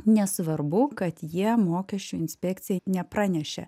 nesvarbu kad jie mokesčių inspekcijai nepranešė